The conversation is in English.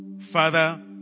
Father